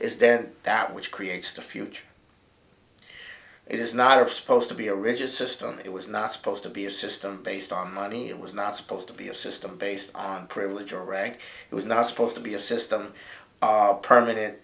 is then that which creates the future it is not supposed to be a rigid system it was not supposed to be a system based on money it was not supposed to be a system based on privilege or rank it was not supposed to be a system our perm